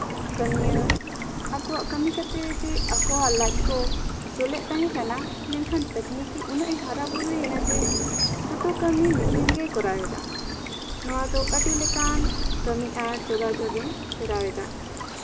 ᱠᱟᱹᱢᱭᱟᱹ ᱟᱠᱚᱣᱟᱜ ᱠᱟᱹᱢᱤ ᱠᱟᱛᱮᱫ ᱡᱮ ᱟᱠᱚᱣᱟᱜ ᱞᱟᱡ ᱠᱚ ᱩᱥᱩᱞᱮᱫ ᱠᱟᱱ ᱛᱟᱦᱮᱸ ᱠᱟᱱᱟ ᱢᱮᱱᱠᱷᱟᱱ ᱛᱟᱠᱱᱤᱠᱤ ᱩᱱᱟᱹᱜ ᱮ ᱦᱟᱨᱟᱼᱵᱩᱨᱩᱭᱮᱱᱟ ᱡᱮ ᱡᱚᱛᱚ ᱠᱟᱹᱢᱤ ᱢᱮᱹᱥᱤᱱ ᱜᱮᱭ ᱠᱚᱨᱟᱣ ᱮᱫᱟ ᱱᱚᱣᱟ ᱫᱚ ᱟᱹᱰᱤ ᱞᱮᱠᱟᱱ ᱠᱟᱹᱢᱤ ᱟᱨ ᱡᱳᱜᱟᱡᱳᱜᱽ ᱤᱧ ᱯᱷᱮᱨᱟᱣ ᱮᱫᱟ